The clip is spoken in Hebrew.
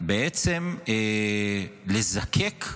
בעצם לזקק,